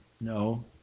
No